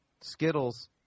Skittles